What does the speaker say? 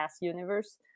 universe